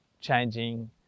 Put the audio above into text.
changing